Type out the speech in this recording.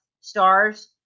stars